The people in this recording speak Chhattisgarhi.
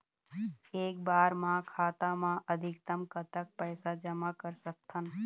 एक बार मा खाता मा अधिकतम कतक पैसा जमा कर सकथन?